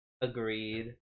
agreed